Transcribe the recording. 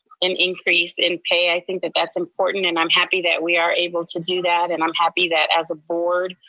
an increase in pay. i think that that's important and i'm happy that we are able to do that and i'm happy that as a board,